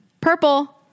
purple